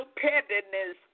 pettiness